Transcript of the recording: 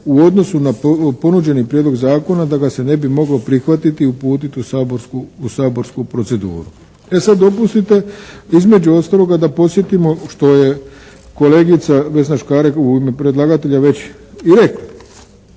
u odnosu na ponuđeni prijedlog zakona da ga se ne bi moglo prihvatiti i uputiti u saborsku proceduru. E sad, dopustite između ostaloga da podsjetimo što je kolegica Vesna Škare, u ime predlagatelja već i rekla.